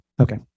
okay